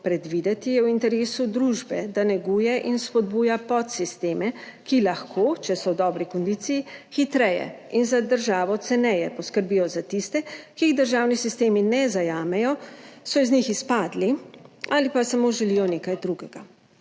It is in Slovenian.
predvideti, je v interesu družbe, da neguje in spodbuja podsisteme, ki lahko, če so v dobri kondiciji, hitreje in za državo ceneje poskrbijo za tiste, ki jih državni sistemi ne zajamejo, so iz njih izpadli ali pa samo želijo nekaj drugega.